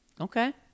Okay